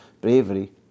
bravery